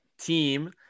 team